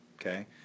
okay